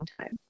time